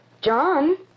John